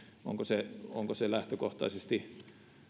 onko sen lähtökohtaisesti